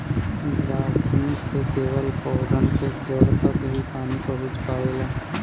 drafting से केवल पौधन के जड़ तक ही पानी पहुँच पावेला